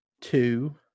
Two